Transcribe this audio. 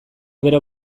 bero